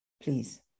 please